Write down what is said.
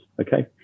Okay